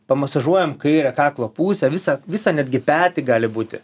pamasažuojam kairę kaklo pusę visą visą netgi petį gali būti